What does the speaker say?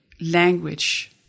language